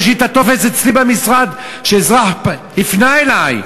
יש לי טופס אצלי במשרד מלפני עשר שנים שאזרח הפנה אלי.